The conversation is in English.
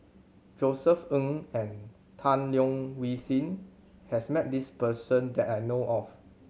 Josef Ng and Tan Leo Wee Hin has met this person that I know of